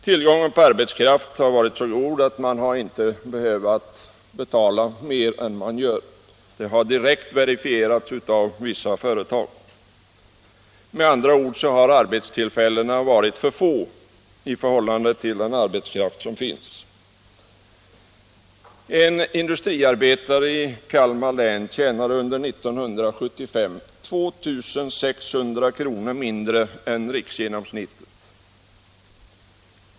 Tillgången på arbetskraft har varit så god att man inte behövt betala mer än man gjort. Det har direkt verifierats av vissa företag. Med andra ord har arbetstillfällena varit för få i förhållande till den arbetskraft som finns. En industriarbetare i Kalmar län tjänade under 1975 2 600 kronor mindre än riksgenomsnittet.